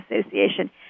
Association